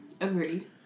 Agreed